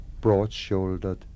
broad-shouldered